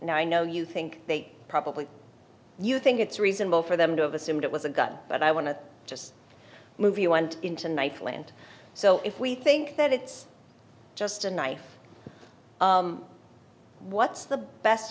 now i know you think they probably you think it's reasonable for them to have assumed it was a gun but i want to just move you went into night plant so if we think that it's just a knife what's the best